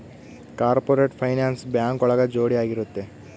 corporate finance bank ಒಳಗ ಜೋಡಿ ಆಗಿರುತ್ತೆ